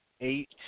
eight –